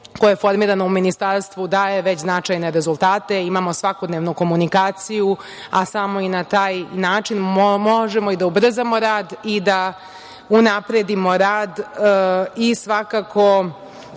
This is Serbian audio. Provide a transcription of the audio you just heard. koje je formirano u Ministarstvu daje već značajne rezultate, imamo svakodnevnu komunikaciju, a samo i na taj način možemo da ubrzamo rad i da unapredimo rad i svakako